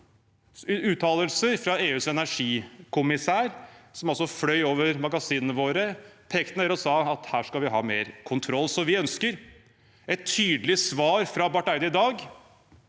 uttalelser fra EUs energikommissær, som altså fløy over magasinene våre, pekte ned og sa at her skulle de ha mer kontroll. Vi ønsker et tydelig svar fra Barth Eide i dag